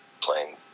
playing